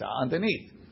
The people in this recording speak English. underneath